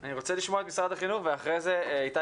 אני רוצה לשמוע את משרד החינוך ואחרי זה איתי